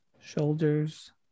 shoulders